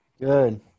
Good